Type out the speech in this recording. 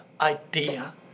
idea